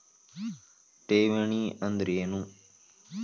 ಠೇವಣಿ ಅಂದ್ರೇನು?